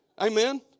Amen